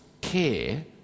care